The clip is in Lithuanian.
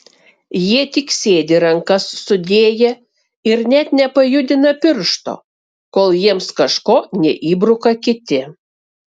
jie tik sėdi rankas sudėję ir net nepajudina piršto kol jiems kažko neįbruka kiti